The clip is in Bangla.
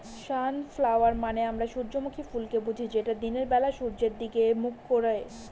সনফ্ল্যাওয়ার মানে আমরা সূর্যমুখী ফুলকে বুঝি যেটা দিনের বেলা সূর্যের দিকে মুখ করে